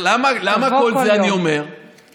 למה אני אומר את כל זה?